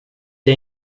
jag